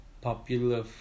popular